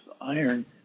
iron